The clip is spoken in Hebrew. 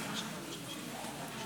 לרשותך חמש דקות,